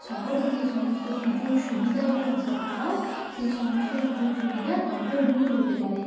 শহরে যে সমস্ত সুযোগ সুবিধাগুলো আছে তারাও সেই সমস্ত সুযোগ সুবিধার অন্তর্ভুক্ত হতে পারে